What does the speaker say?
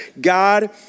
God